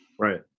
right